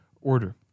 order